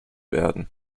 werden